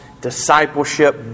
discipleship